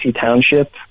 Township